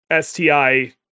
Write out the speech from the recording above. STI